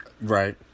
right